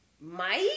Mike